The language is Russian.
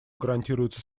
гарантируется